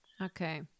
Okay